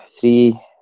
Three